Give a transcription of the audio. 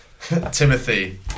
Timothy